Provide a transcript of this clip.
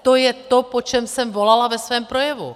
To je to, po čem jsem volala ve svém projevu.